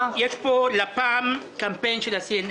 יש פה לפ"מ קמפיין של ה-CNN.